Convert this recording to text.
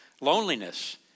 Loneliness